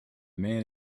man